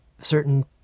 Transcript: certain